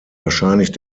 wahrscheinlich